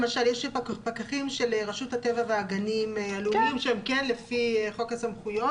יש למשל פקחים של רשות הטבע והגנים הלאומיים שהם כן לפי חוק הסמכויות